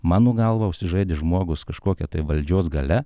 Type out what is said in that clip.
mano galva užsižaidė žmogus kažkokia tai valdžios galia